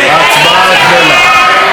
ההצבעה החלה.